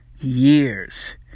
years